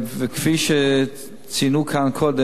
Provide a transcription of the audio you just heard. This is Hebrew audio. וכפי שציינו כאן קודם,